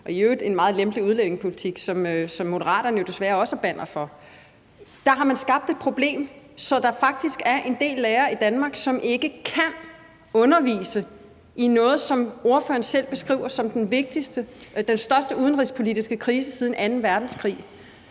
er i øvrigt en meget lempelig udlændingepolitik, som Moderaterne jo desværre også er bannerfører for – man har skabt et problem, så der faktisk er en del lærere i Danmark, som ikke kan undervise i noget, som ordføreren selv beskriver som den største udenrigspolitiske krise siden anden verdenskrig.